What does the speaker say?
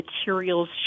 materials